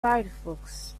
firefox